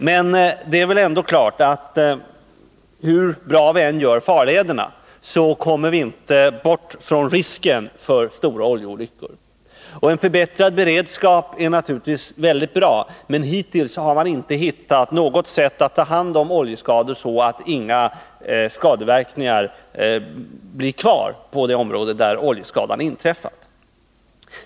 Men hur bra vi än gör farlederna, så undanröjer vi därmed inte risken för att stora oljeolyckor kan inträffa. Att man skapar förbättrad beredskap är naturligtvis också väldigt bra, men hittills har man inte kunnat komma fram till något sätt att ta hand om oljeskador som gör att det inte blir några bestående skadeverkningar på de områden där olyckor inträffat.